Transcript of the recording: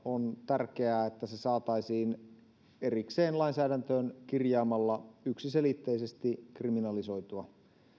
on tärkeää että se saataisiin erikseen lainsäädäntöön kirjaamalla yksiselitteisesti kriminalisoitua